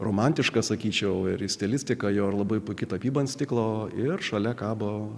romantiškas sakyčiau ir į stilistiką jo labai puiki tapyba ant stiklo ir šalia kabo